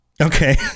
Okay